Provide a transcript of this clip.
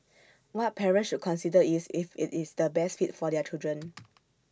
what parents should consider is if IT is the best fit for their children